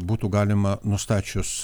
būtų galima nustačius